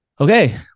okay